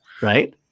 right